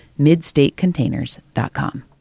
MidstateContainers.com